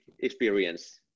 experience